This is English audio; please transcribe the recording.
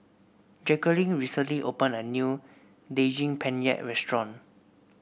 Jacquelin recently opened a new Daging Penyet Restaurant